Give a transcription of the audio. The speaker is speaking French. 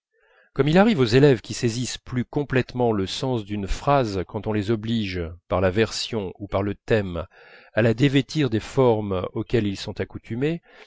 comme il arrive aux élèves qui saisissent plus complètement le sens d'une phrase quand on les oblige par la version ou par le thème à la dévêtir des formes auxquelles ils sont accoutumés